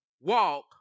walk